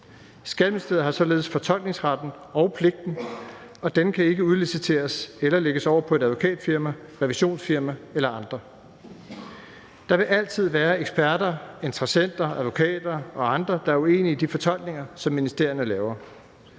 Skatteministeriet har således fortolkningsretten og -pligten, og den kan ikke udliciteres eller lægges over på et advokatfirma, revisionsfirma eller andre. Der vil altid være eksperter, interessenter, advokater og andre, der er uenige i de fortolkninger, som ministerierne laver,